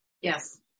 Yes